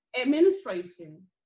administration